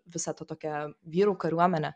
visą tą tokią vyrų kariuomenę